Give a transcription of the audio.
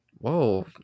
Whoa